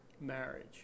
marriage